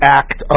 act